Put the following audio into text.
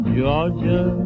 Georgia